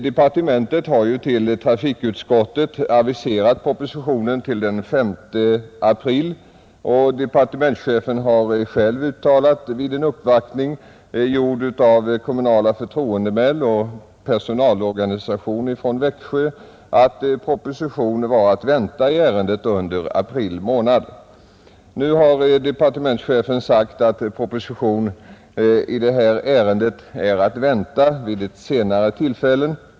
Departementet har till trafikutskottet aviserat propositionen till den 5 april, och departementschefen har själv uttalat — vid en uppvaktning gjord av kommunala förtroendemän och personalorganisationer från Växjö — att proposition var att vänta i ärendet under april månad. Nu har departementschefen sagt att proposition i ärendet är att motse vid ett senare tillfälle.